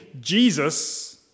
Jesus